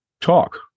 talk